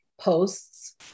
posts